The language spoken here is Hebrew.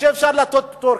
שמאפשר לתת פטור.